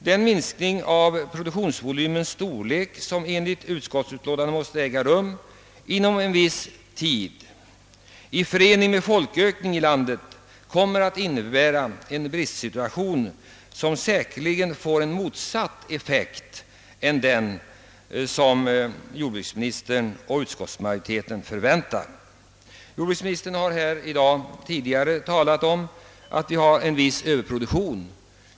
Den minskning av produktionsvolymens storlek, som enligt utskottsutlåtandet måste göras inom en viss tid, kommer i förening med folkökningen i landet att vålla en bristsituation som säkerligen får en annan effekt än den som jordbruksministern och utskottsmajoriteten förväntar. Jordbruksministern har tidigare i dag framhållit att vi har en viss överproduktion här i landet.